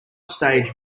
stage